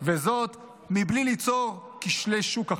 וזאת מבלי ליצור כשלי שוק אחרים.